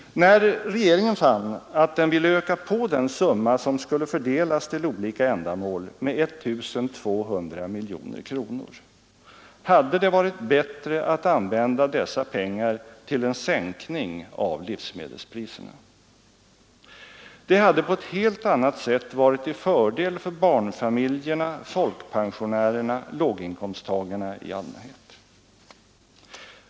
När regeringen fann att den ville öka på den summa som skulle fördelas till olika ändamål med 1 200 miljoner kronor hade det varit bättre att använda dessa pengar till en sänkning av livsmedelspriserna. Det hade på ett helt annat sätt varit till fördel för barnfamiljerna, folkpensionärerna, låginkomsttagarna i allmänhet.